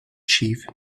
chief